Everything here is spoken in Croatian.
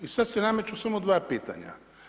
I sada se nameću samo dva pitanja.